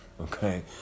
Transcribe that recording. okay